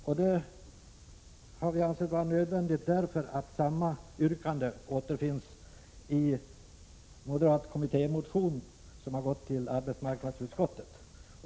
Vi har ansett det vara nödvändigt därför att samma yrkande återfinns i en moderat kommittémotion som har gått till arbetsmarknadsutskottet.